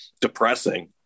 depressing